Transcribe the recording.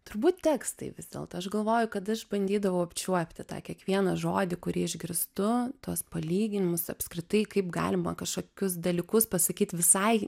turbūt tekstai vis dėlto aš galvoju kad aš bandydavau apčiuopti tą kiekvieną žodį kurį išgirstu tuos palyginimus apskritai kaip galima kašokius dalykus pasakyt visai